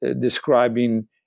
describing